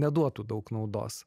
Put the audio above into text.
neduotų daug naudos